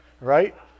right